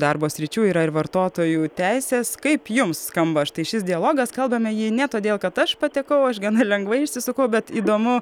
darbo sričių yra ir vartotojų teisės kaip jums skamba štai šis dialogas kalbame jį ne todėl kad aš patekau aš gana lengvai išsisukau bet įdomu